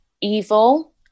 evil